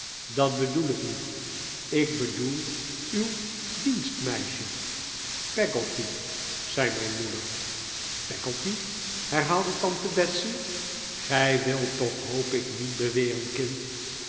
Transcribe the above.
dat bedoel ik niet ik bedoel uw dienstmeisje peggotty zei mijn moeder peggotty herhaalde tante betsey gij wilt toch hoop ik niet beweren kind